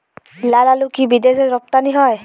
লালআলু কি বিদেশে রপ্তানি হয়?